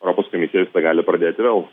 europos komisija visada gali pradėti vėl